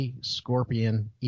Scorpion